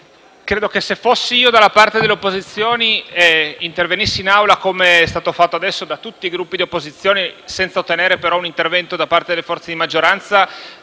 perché, se fossi dalla parte delle opposizioni e intervenissi in Aula, come è stato appena fatto da tutti i Gruppi di opposizione, senza ottenere un intervento da parte delle forze di maggioranza,